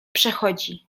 przechodzi